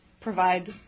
provide